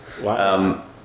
Wow